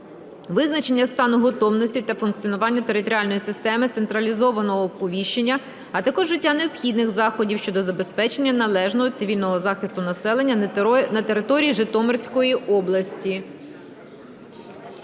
визначення стану готовності та функціонування територіальної системи централізованого оповіщення, а також вжиття необхідних заходів щодо забезпечення належного цивільного захисту населення на території Житомирської області.